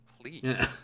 Please